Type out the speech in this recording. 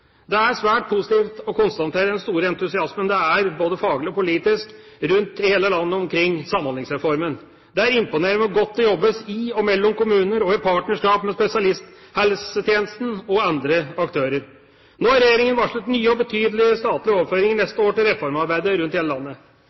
Det er svært positivt å konstatere den store entusiasmen det er både faglig og politisk rundt i hele landet omkring Samhandlingsreformen. Det er imponerende hvor godt det jobbes i og mellom kommuner og i partnerskap med spesialisthelsetjenesten og andre aktører. Nå har regjeringa varslet nye og betydelige statlige overføringer neste år til reformarbeidet rundt om i hele landet.